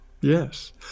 yes